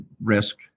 risk